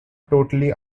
totally